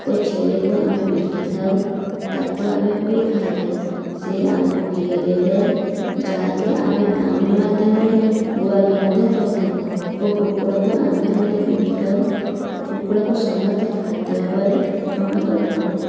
ଓ ଛେଳିକୁ ଆମେ ବିକିଥାଉ ତାକୁ ଆମେ ବି ଖାଈଥାଉ ସେ ଆମକୁ ଘିଅ ଦେଇଥାଏ ଯାହାକି ଆମେ ଗାଉଁଳି ମାଧ୍ୟମରେ ଗୁଆ ଘିଅ ମଧ୍ୟ କହିଥାଉ ଓ କୁକୁଡ଼ାକୁ ଆମେ ମଧ୍ୟ ବିକିଥାଉ ଓ କୁକୁଡ଼ାକୁ ସମସ୍ତେ ଖାଦ୍ୟ ଭାବରେ ଗ୍ରହଣ କରିଥାଆନ୍ତି